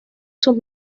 sus